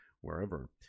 Wherever